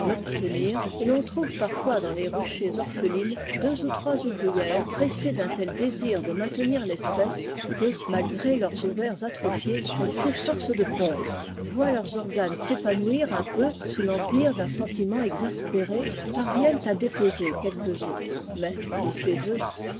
et ton trouve parfois dans les nichées orphelines deux ou trois ouvrières pressées d'un tel désir de maintenir l'espèce que malgré leurs ovaires atrophiés elles s'efforcent de pondre voient leurs organes s'épanouir un peu sous l'empire d'un sentiment péré parviennent à déposer quelques oeufs mais de ces œufs